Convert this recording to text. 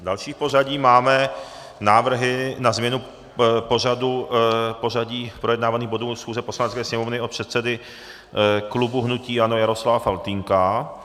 Další v pořadí máme návrhy na změnu pořadí projednávaných bodů schůze Poslanecké sněmovny od předsedy klubu hnutí ANO Jaroslava Faltýnka.